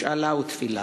משאלה ותפילה.